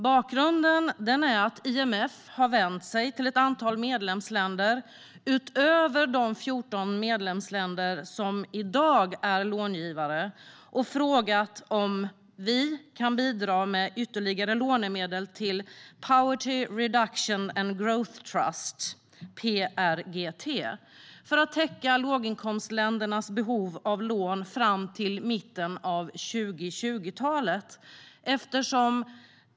Bakgrunden är att IMF har vänt sig till ett antal medlemsländer utöver de 14 medlemsländer som i dag är långivare och frågat om vi kan bidra med ytterligare lånemedel till Poverty Reduction and Growth Trust, PRGT, för att täcka låginkomstländernas behov av lån fram till mitten av 2020-talet.